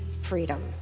freedom